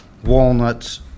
walnuts